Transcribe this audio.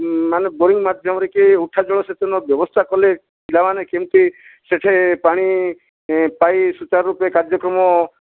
ମାନେ ବୋରିଙ୍ଗ ମାଧ୍ୟମରେ କି ଉଠା ଜଳ ସେଚନ ବ୍ୟବସ୍ତା କଲେ ପିଲାମାନେ କେମିତି ସେଠି ପାଣି ପାଇ ସୁଚାରୁ ରୂପେ କାର୍ଯ୍ୟକ୍ରମ ଶାନ୍ତିରେ